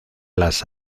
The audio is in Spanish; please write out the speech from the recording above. las